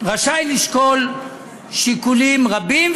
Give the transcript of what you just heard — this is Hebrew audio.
רשאי לשקול שיקולים רבים,